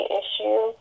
issue